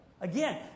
Again